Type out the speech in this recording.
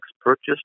purchased